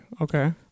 Okay